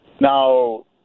Now